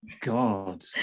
God